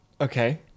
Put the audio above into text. Okay